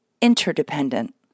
interdependent